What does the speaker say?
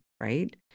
right